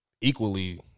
equally